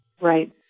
Right